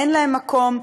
אין להם מקום.